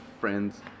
friends